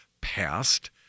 passed